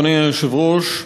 אדוני היושב-ראש,